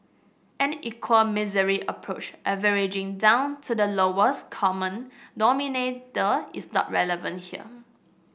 an equal misery approach averaging down to the lowest common denominator is not relevant here